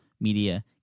media